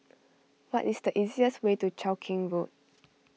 what is the easiest way to Cheow Keng Road